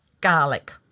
Garlic